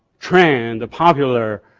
trend, a popular,